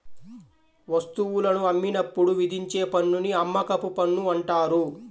వస్తువులను అమ్మినప్పుడు విధించే పన్నుని అమ్మకపు పన్ను అంటారు